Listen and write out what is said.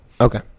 Okay